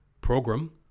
program